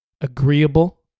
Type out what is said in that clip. agreeable